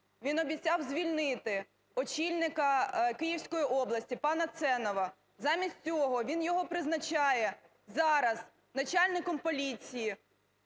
Він обіцяв звільнити очільника Київської області пана Ценова, замість цього він його призначає зараз начальником поліції